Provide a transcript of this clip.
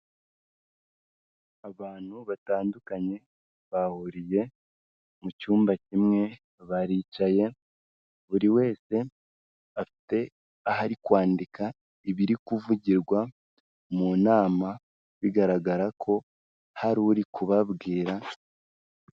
Abantu batandukanye bahuriye mu cyumba kimwe baricaye, buri wese afite aho ari kwandika ibiri kuvugirwa mu nama bigaragara ko hari uri kubabwira.